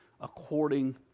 according